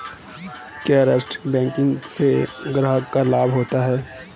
क्या stock broking से ग्राहक को लाभ होता है?